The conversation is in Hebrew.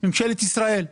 ממשלת ישראל.